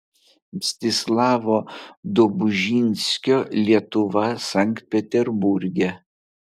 mstislavo dobužinskio lietuva sankt peterburge